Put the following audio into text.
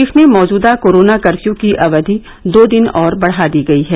प्रदेश में मौजुदा कोरोना कफर्यू की अवधि दो दिन और बढ़ा दी गई है